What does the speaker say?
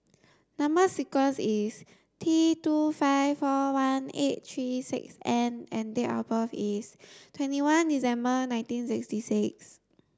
number sequence is T two five four one eight three six N and date of birth is twenty one December nineteen sixty six